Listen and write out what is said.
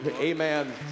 Amen